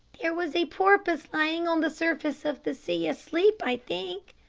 there was a porpoise lying on the surface of the sea, asleep, i think,